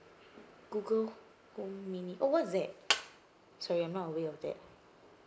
Google home mini oh what is that sorry I'm not aware of that